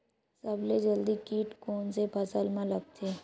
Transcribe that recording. सबले जल्दी कीट कोन से फसल मा लगथे?